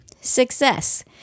Success